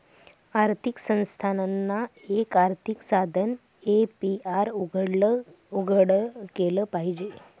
आर्थिक संस्थानांना, एक आर्थिक साधन ए.पी.आर उघडं केलं पाहिजे